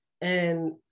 And-